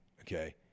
Okay